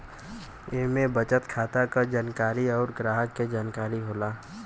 इम्मे बचत खाता क जानकारी अउर ग्राहक के जानकारी होला